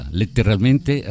letteralmente